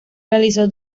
realizó